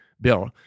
bill